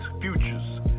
futures